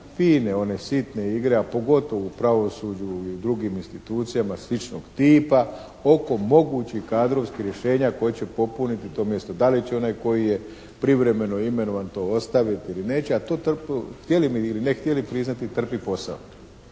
fine one sitne igre, a pogotovo u pravosuđu i u drugim institucijama sličnog tipa oko mogućih kadrovskih rješenja tko će popuniti to mjesto. Da li će onaj koji je privremeno imenovan to ostaviti ili neće, a to tako htjeli mi ili ne htjeli priznati, trpi posao.